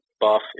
buff